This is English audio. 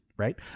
Right